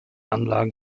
anlagen